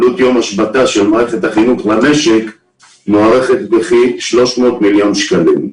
עלות יום השבתה של מערכת החינוך במשק מוערכת בכ-300 מיליון שקלים.